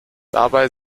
dabei